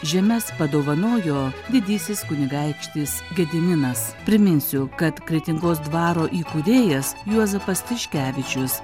žemes padovanojo didysis kunigaikštis gediminas priminsiu kad kretingos dvaro įkūrėjas juozapas tiškevičius